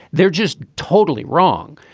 they're just totally wrong.